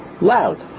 loud